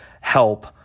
help